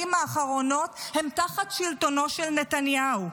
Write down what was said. האחרונות הייתה תחת שלטונו של נתניהו.